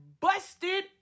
busted